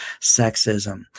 sexism